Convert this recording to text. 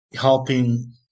helping